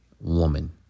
woman